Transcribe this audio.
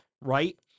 Right